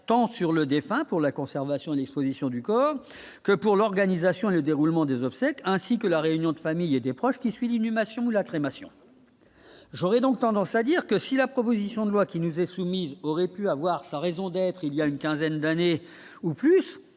tant sur le défunt pour la conservation de l'Exposition du corps que pour l'organisation et le déroulement des obsèques, ainsi que la réunion de famille et des proches qui suit l'inhumation ou la crémation, j'aurais donc tendance à dire que si la proposition de loi qui nous est soumise, aurait pu avoir sa raison d'être, il y a une quinzaine d'années ou plus,